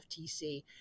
FTC